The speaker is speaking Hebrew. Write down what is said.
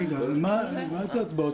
רגע, אבל מה זה "הצבעות"?